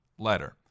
Letter